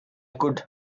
could